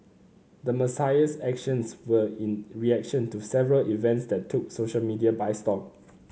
the Messiah's actions were in reaction to several events that took social media by storm